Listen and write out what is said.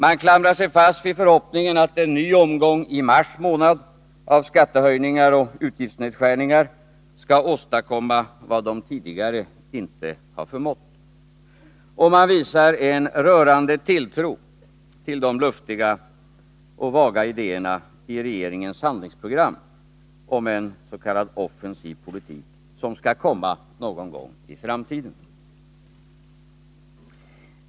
Man klamrar sig fast vid förhoppningen att en ny omgång i mars av skattehöjningar och utgiftsnedskärningar skall åstadkomma vad de tidigare inte förmått. Och man visar en rörande tilltro till de luftiga och vaga idéerna i regeringens handlingsprogram om en s.k. offensiv politik som skall komma någon gång i framtiden.